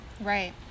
right